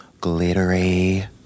glittery